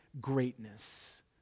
greatness